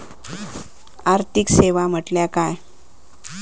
आर्थिक सेवा म्हटल्या काय?